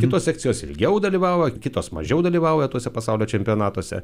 kitos sekcijos ilgiau dalyvavo kitos mažiau dalyvauja tuose pasaulio čempionatuose